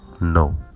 no